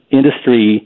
industry